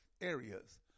areas